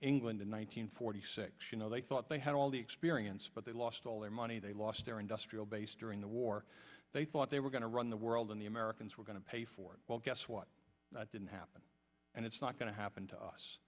hundred six you know they thought they had all the experience but they lost all their money they lost their industrial base during the war they thought they were going to run the world and the americans were going to pay for it well guess what that didn't happen and it's not going to happen to us